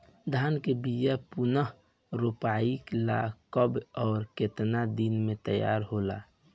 धान के बिया पुनः रोपाई ला कब और केतना दिन में तैयार होजाला?